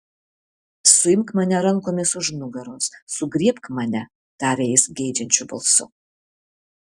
suimk mane rankomis už nugaros sugriebk mane tarė jis geidžiančiu balsu